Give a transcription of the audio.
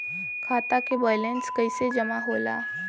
खाता के वैंलेस कइसे जमा होला?